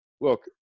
look